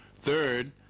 Third